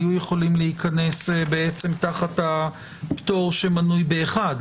היו יכולים להיכנס להיכנס תחת הפטור שמנוי ב-1.